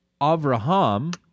avraham